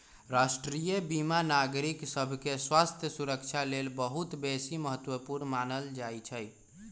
राष्ट्रीय बीमा नागरिक सभके स्वास्थ्य सुरक्षा लेल बहुत बेशी महत्वपूर्ण मानल जाइ छइ